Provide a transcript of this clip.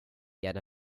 yet